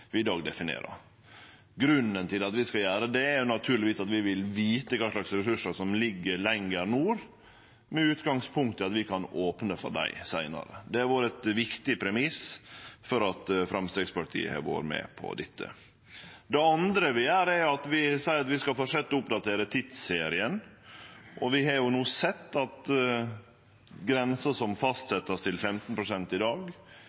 vi i dag definerer. Grunnen til at vi skal gjere det, er naturlegvis at vi vil vite kva for ressursar som ligg lenger nord, med utgangspunkt i at vi kan opne for dei seinare. Det har vore eit viktig premiss for at Framstegspartiet har vore med på dette. Det andre vi gjer, er å seie at vi skal fortsetje med å oppdatere tidsserien. Vi har no sett at grensa som vert fastsett til 15 pst. i dag,